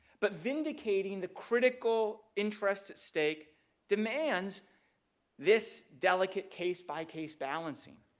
but vindicating the critical interests at stake demands this delicate case-by-case balancing.